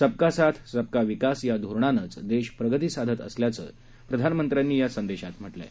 सबका साथ सबका विकास या धोरणानंच देश प्रगती साधत असल्याचं प्रधानमंत्र्यांनी या संदेशात म्हटलं आहे